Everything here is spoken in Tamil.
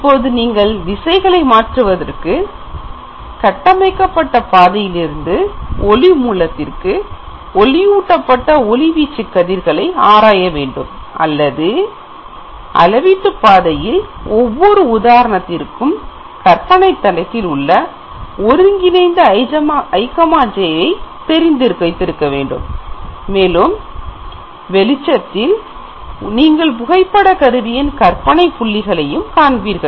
இப்போது நீங்கள் திசைகளை மாற்றுவதற்கு கட்டமைக்கப்பட்ட பாதையில் இருந்து ஒளி மூலத்திலிருந்து ஒளியூட்டப்பட்ட ஒளி வீச்சுக் கதிர்களை ஆராய வேண்டும் அல்லது அளவீட்டு பாதையில் ஒவ்வொரு உதாரணத்திற்கும் கற்பனை தளத்தில் உள்ள கதிரின் நேர்க்கோட்டு சமன்பாடு உடன் தொடர்புடைய ஒருங்கிணைந்த i j வை தெரிந்து இருக்க வேண்டும் மேலும் வெளிச்சத்தில் நீங்கள் புகைப்படக் கருவியின் கற்பனை புள்ளிகளையும் காண்பீர்கள்